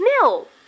mill